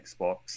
Xbox